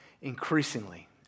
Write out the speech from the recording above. Increasingly